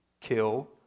kill